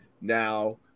now